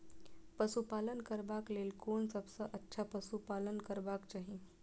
पशु पालन करबाक लेल कोन सबसँ अच्छा पशु पालन करबाक चाही?